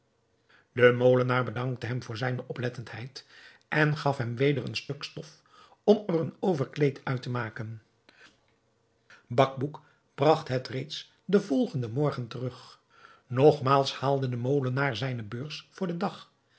de molenaar bedankte hem voor zijne oplettendheid en gaf hem weder een stuk stof om er een overkleed uit te maken bacbouc bragt het reeds den volgenden morgen terug nogmaals haalde de molenaar zijne beurs voor den dag